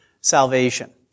salvation